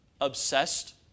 obsessed